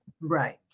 Right